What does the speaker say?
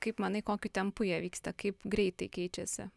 kaip manai kokiu tempu jie vyksta kaip greitai keičiasi